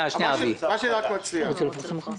בעניין רכבי יוקרה יחכה.